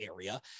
area